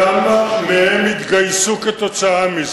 כמה מהן התגייסו כתוצאה מזה.